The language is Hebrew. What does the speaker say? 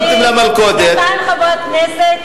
אני שנתיים חברת כנסת,